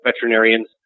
veterinarians